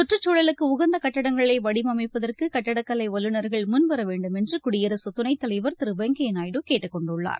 சுற்றுச்சூழலுக்கு உகந்த கட்டிடங்களை வடிவமைப்பதற்கு கட்டிடக் கலை வல்லுநர்கள் முன்வர வேண்டுமென்று குடியரசுத் துணைத்தலைவா் திரு வெங்கையா நாயுடு கேட்டுக் கொண்டுள்ளார்